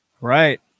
Right